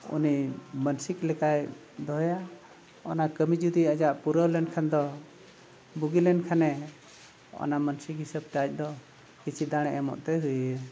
ᱩᱱᱤ ᱢᱟᱱᱥᱤᱠ ᱞᱮᱠᱟᱭ ᱫᱚᱦᱚᱭᱟ ᱚᱱᱟ ᱠᱟᱹᱢᱤ ᱡᱩᱫᱤ ᱟᱭᱟᱜ ᱯᱩᱨᱟᱹᱣ ᱞᱮᱱᱠᱷᱟᱱ ᱫᱚ ᱵᱩᱜᱤ ᱞᱮᱱᱠᱷᱟᱱᱮ ᱚᱱᱟ ᱢᱟᱱᱥᱤᱠ ᱦᱤᱥᱟᱹᱵᱛᱮ ᱟᱡᱫᱚ ᱠᱤᱪᱷᱩ ᱫᱟᱲᱮ ᱮᱢᱚᱜ ᱛᱮ ᱦᱩᱭᱟᱭᱟ